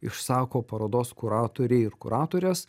išsako parodos kuratoriai ir kuratorės